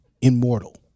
immortal